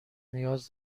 نیاز